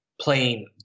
playing